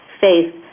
faith